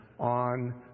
on